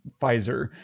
Pfizer